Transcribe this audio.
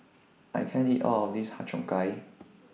I can't eat All of This Har Cheong Gai